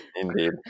Indeed